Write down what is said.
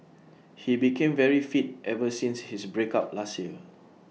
he became very fit ever since his break up last year